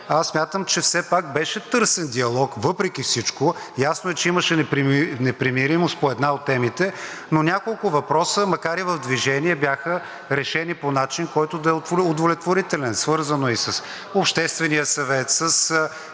смятам, че все пак беше търсен диалог въпреки всичко. Ясно е, че имаше непримиримост по една от темите. Няколко въпроса макар и в движение бяха решени по начин, по който да е удовлетворителен. Свързано е и с Обществения съвет, със